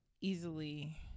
easily